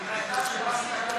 נתקבל.